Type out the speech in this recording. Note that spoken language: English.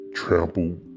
trampled